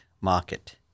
market